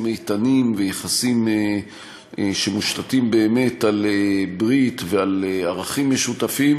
איתנים ויחסים שמושתתים באמת על ברית ועל ערכים משותפים,